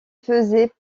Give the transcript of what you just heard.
faisait